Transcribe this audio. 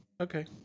Okay